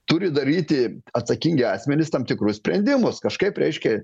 turi daryti atsakingi asmenys tam tikrus sprendimus kažkaip reiškia